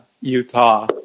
Utah